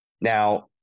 Now